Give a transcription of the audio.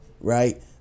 right